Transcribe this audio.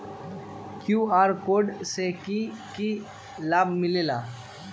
QR code से कि कि लाव मिलेला?